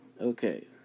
Okay